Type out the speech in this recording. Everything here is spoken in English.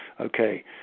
okay